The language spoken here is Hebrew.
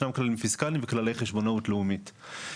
ישנם כללים פיסקליים וכללי חשבונאות לאומית.